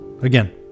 Again